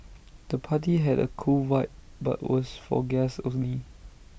the party had A cool vibe but was for guests only